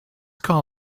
call